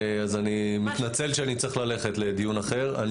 אז אני מתנצל שאני צריך ללכת לדיון אחר.